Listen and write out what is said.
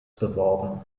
beworben